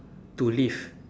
to live